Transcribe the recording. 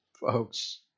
Folks